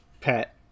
pet